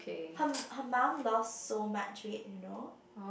her m~ her mum lost so much weight you know